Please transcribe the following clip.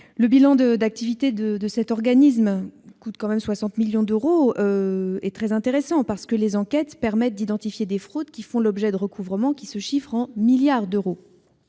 Le bilan de l'activité de cet organisme, qui coûte 60 millions d'euros, est très intéressant, car ses investigations permettent d'identifier des fraudes qui font l'objet de recouvrements se chiffrant en milliards d'euros.